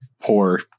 poor